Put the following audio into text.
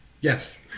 yes